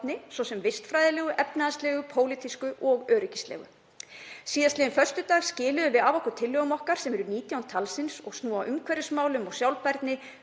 svo sem vistfræðilegu, efnahagslegu, pólitísku og öryggislegu. Síðastliðinn föstudag skiluðum við af okkur tillögum sem eru 19 talsins og snúa að umhverfismálum og sjálfbærni,